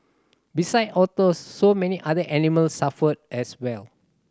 besides otters so many other animals suffer as well